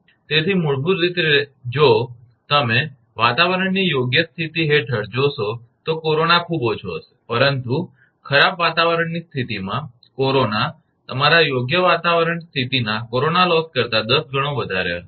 તેથી મૂળભૂત રીતે જો તમે વાતાવરણની યોગ્ય સ્થિતિ હેઠળ જોશો તો કોરોના ખૂબ ઓછો હશે પરંતુ ખરાબ વાતાવરણની સ્થિતિમાં કોરોના તમારા યોગ્ય વાતાવરણ સ્થિતિના કોરોના લોસ કરતા 10 ગણો વધારે હશે